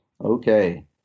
Okay